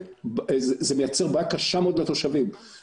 זה מייצר בעיה קשה מאוד לתושבים,